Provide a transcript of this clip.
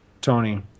Tony